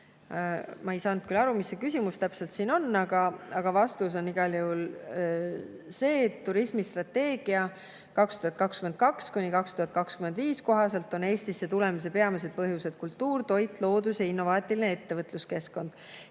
Ma ei saanud küll aru, mis see küsimus täpselt on, aga vastus on igal juhul [järgmine]. Turismistrateegia 2022–2025 kohaselt on Eestisse tulemise peamised põhjused kultuur, toit, loodus ja innovaatiline ettevõtluskeskkond.